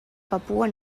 papua